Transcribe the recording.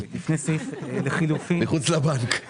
מחוץ לבנק.